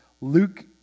Luke